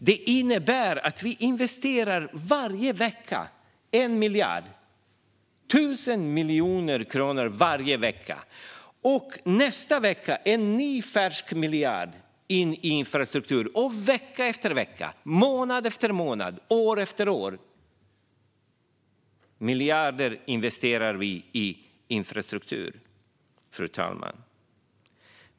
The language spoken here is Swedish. Det innebär att vi investerar 1 miljard eller 1 000 miljoner kronor varje vecka och nästa vecka en ny, färsk miljard i infrastruktur. Vecka efter vecka, månad efter månad, år efter år investerar vi miljarder i infrastruktur.